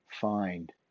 find